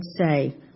say